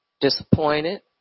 disappointed